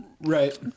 right